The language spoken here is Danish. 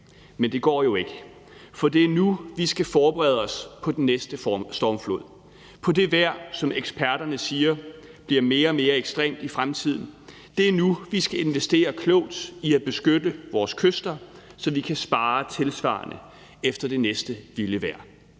Men det går jo ikke, for det er nu, vi skal forberede os på den næste stormflod, på det vejr, som eksperterne siger bliver mere og mere ekstremt i fremtiden. Det er nu, vi skal investere klogt i at beskytte vores kyster, så vi kan spare tilsvarende efter det næste vilde vejr.